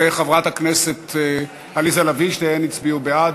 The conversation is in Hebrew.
וחברת הכנסת עליזה לביא, שתיהן הצביעו בעד,